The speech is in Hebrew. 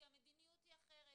כי המדיניות היא אחרת,